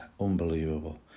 Unbelievable